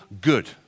good